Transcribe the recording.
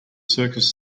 circus